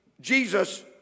Jesus